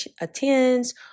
attends